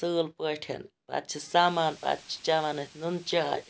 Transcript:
اَصیل پٲٹھۍ پَتہٕ چھِ سَمان پَتہٕ چھِ چَوان أسۍ نُن چاے